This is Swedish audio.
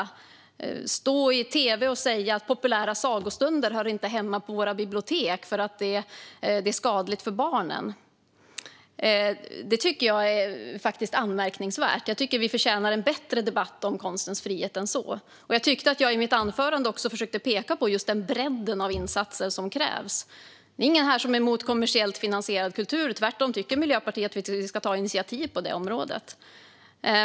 Man står i tv och säger att populära sagostunder inte hör hemma på våra bibliotek för att det är skadligt för barnen. Det är anmärkningsvärt. Vi förtjänar en bättre debatt om konstens frihet än så. Jag försökte att i mitt anförande peka på bredden av insatser som krävs. Det är inga här som är emot kommersiellt finansierad kultur. Tvärtom tycker Miljöpartiet att vi ska ta initiativ på det området.